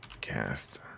Cast